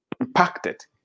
impacted